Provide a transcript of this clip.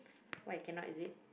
why cannot is it